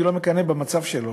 אני לא מקנא במצב שלו,